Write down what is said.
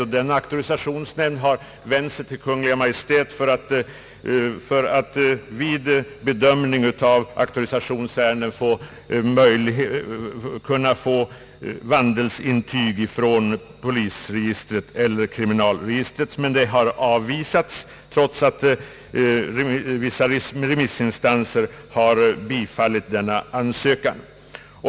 Denna har vänt sig till Kungl. Maj:t med hemställan om att sökanden vid ansökning om auktorisation skall kunna få vandelsintyg från polisregistret eller kriminalregistret. Men denna hemställan avvisades trots att vissa remissinstanser tillstyrkte den.